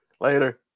Later